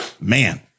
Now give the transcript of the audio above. man